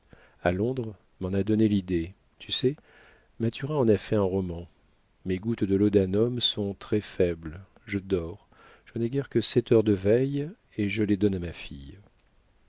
à londres m'en a donné l'idée tu sais mathurin en a fait un roman mes gouttes de laudanum sont très faibles je dors je n'ai guère que sept heures de veille et je les donne à ma fille